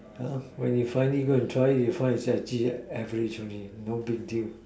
ya lor when you finally go and try you find it's just actually average only eh no big deal